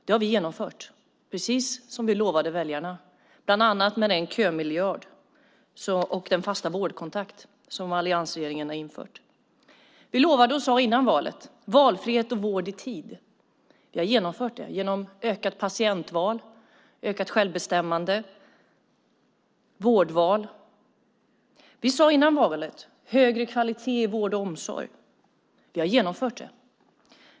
Det har vi genomfört, precis som vi lovade väljarna, bland annat med hjälp av den kömiljard och den fasta vårdkontakt som alliansregeringen har infört. Vi lovade och sade innan valet: Valfrihet och vård i tid. Vi har genomfört det i form av ökat patientval, ökat självbestämmande och vårdval. Vi sade innan valet: Högre kvalitet i vård och omsorg. Vi har genomfört det.